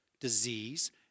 disease